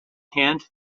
hand